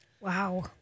Wow